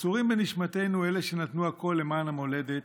נצורים בנשמתנו אלה שנתנו הכול למען המולדת,